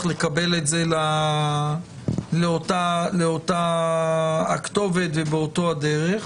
לקבל את זה לאותה כתובת ובאותה דרך?